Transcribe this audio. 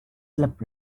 slip